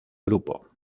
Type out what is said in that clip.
grupo